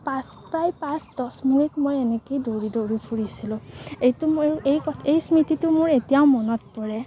পাঁচ প্ৰায় পাঁচ দহ মিনিট মই এনেকেই দৌৰি দৌৰি ফুৰিছিলোঁ এইটো মইও এই ক এই স্মৃতিটো মোৰ এতিয়াও মনত পৰে